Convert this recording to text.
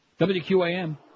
WQAM